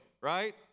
right